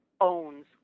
owns